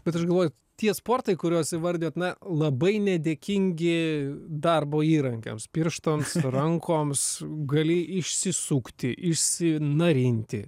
bet aš galvoju tie sportai kuriuos įvardijot na labai nedėkingi darbo įrankiams pirštams rankoms gali išsisukti išsinarinti